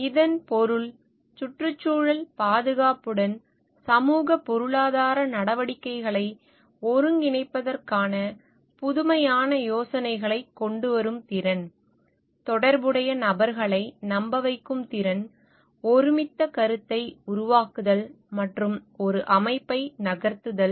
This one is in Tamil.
இதன் பொருள் சுற்றுச்சூழல் பாதுகாப்புடன் சமூகப் பொருளாதார நடவடிக்கைகளை ஒருங்கிணைப்பதற்கான புதுமையான யோசனைகளைக் கொண்டு வரும் திறன் தொடர்புடைய நபர்களை நம்ப வைக்கும் திறன் ஒருமித்த கருத்தை உருவாக்குதல் மற்றும் ஒரு அமைப்பை நகர்த்துதல்